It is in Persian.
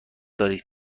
دارین